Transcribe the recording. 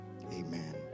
Amen